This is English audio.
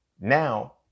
now